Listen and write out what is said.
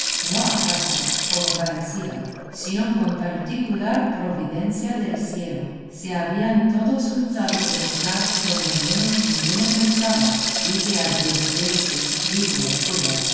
no acaso como parecía sino con particular providencia del cielo se habían todos juntado en lugar donde menos ninguno pensaba y que advirtiese dijo el cura